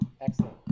Excellent